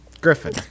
Griffin